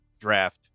draft